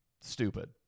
Stupid